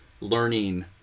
learning